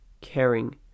caring